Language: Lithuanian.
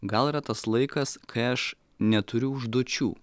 gal yra tas laikas kai aš neturiu užduočių